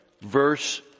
verse